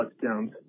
touchdowns